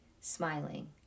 smiling